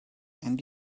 and